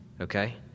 okay